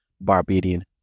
Barbadian